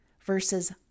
versus